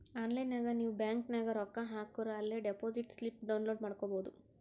online ನಾಗ್ ನೀವ್ bank ನಾಗ್ ರೊಕ್ಕಾ ಹಾಕೂರ ಅಲೇ ಡೆಪೋಸಿಟ್ ಸ್ಲಿಪ್ ಡೌನ್ಲೋಡ್ ಮಾಡ್ಕೊಬೋದು